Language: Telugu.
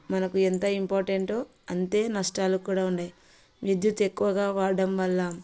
మనకు ఎంత ఇంపార్టెంటో అంతే నష్టాలు కూడా ఉన్నాయి విద్యుత్ ఎక్కువగా వాడడం వల్ల